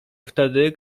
wtedy